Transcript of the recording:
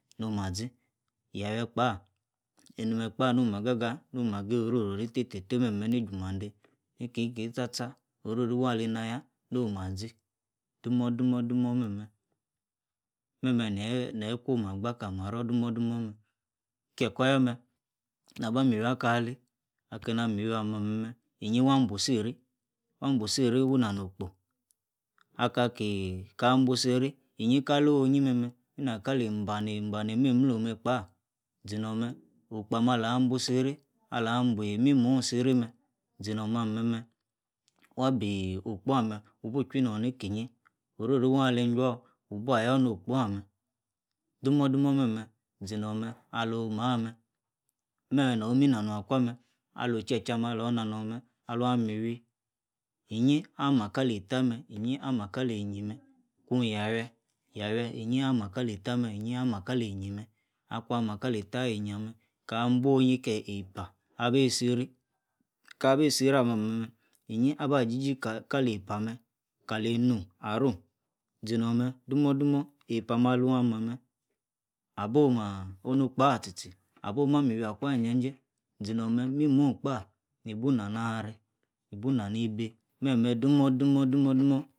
No ma azi yawiue kpa enime kpa noma aga-ga no-ma ageyi oro-ro-ri tie-tie meme iju-mande ikeyi keyi sta-sta oro-ri wa aleni ayah noma azi demo-demo meme neyi ikwom oh ma-aba kali maro mah-domodoma-men kie ku ya mer na miwi aku aley akemi ameyi amem iyi-yin- wabu isi-eri abun isi eri wo-na-no-okpo aka-ki aka nuo isi eri, iyi kaloh-yi meme ina kali ibani emlemo ba-zi-nome okpo ama alah abuo isi eri ala buo imi-moh isi eri zinome alimeme abi okpo amem wubu chui nor nekeyi oro-ri wa ali juo wu bua ayor no-okpo amem domo-domo memer zino-mem alom mah mer meme no mi nano akwa meh alo-che che ame alo na no mem alu amiwi iyi ama kali etta mem iyi ama kali e-yie meh ku, yawuieh yawuieh iyi ama kali etta meh iyi ama kali e-eyie mer aku ama kali etta kali e-eyie amem ka buo oh-yi kie epa abi si-ri kabi si-ri ama alime iyin aba jieje-kali epa mem kali enu arome zinome demo-demo epa ame alu ama mer abuo ma ono kpa tie-tie oma miwi akwa ijajie zeno mer imimoh kpa ibu na-na arreh ibu na-ni ibe meme domo-domo